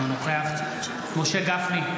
אינו נוכח משה גפני,